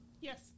Yes